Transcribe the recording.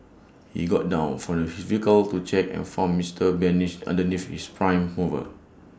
he got down from his vehicle to check and found Mister danish underneath his prime mover